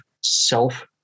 self